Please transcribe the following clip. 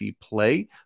play